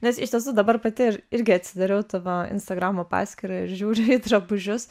nes iš tiesų dabar pati ir irgi atsidariau tavo instagramo paskyrą ir žiūriu į drabužius